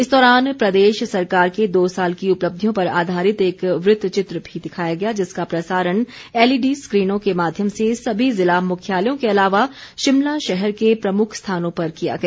इस दौरान प्रदेश सरकार के दो साल की उपलब्धियों पर आधारित एक वृत्त चित्र भी दिखाया गया जिसका प्रसारण एलईडी स्क्रीनों के माध्यम से सभी जिला मुख्यालयों के अलावा शिमला शहर के प्रमुख स्थानों पर किया गया